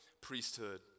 Priesthood